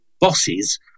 bosses